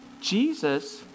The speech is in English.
Jesus